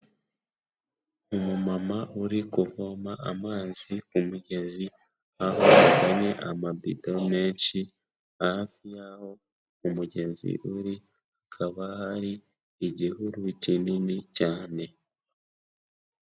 Umumama uri kuvoma amazi ku mugezi aho yazanye amabido menshi, hafi yaho umugezi uri hakaba hari igihuru kinini cyane.